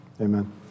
Amen